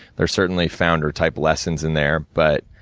there's certainly founder type lessons in there, but